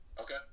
Okay